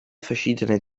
verschiedene